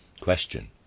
Question